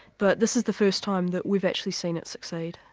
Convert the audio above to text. but this is the first time that we've actually seen it succeed.